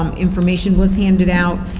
um information was handed out,